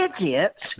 idiot